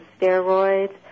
steroids